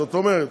זאת אומרת,